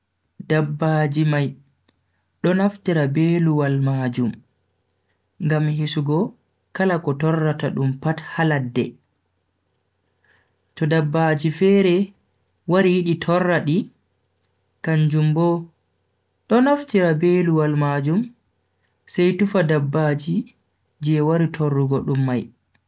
Dabbaaji mai do naftira be luwal majum ngam hisugo kala ko torrata dum pat ha ladde. to dabbaaji fere wari yidi torra di, kanjum bo do naftira be luwal majum sai tufa dabbaji je wari torrugo dum mai.